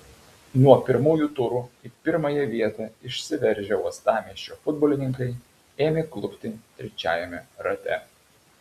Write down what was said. nuo pirmųjų turų į pirmąją vietą išsiveržę uostamiesčio futbolininkai ėmė klupti trečiajame rate